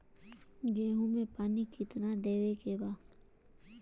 गेहूँ मे पानी कितनादेवे के बा?